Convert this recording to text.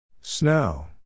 Snow